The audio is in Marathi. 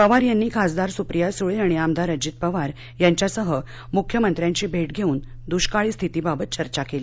पवार यांनी खासदार सुप्रीया सुळे आणि आमदार अजीत पवार यांच्यासह मुख्यमंत्र्यांची भेट घेऊन दुष्काळी स्थिती बाबत चर्चा केली